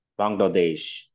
Bangladesh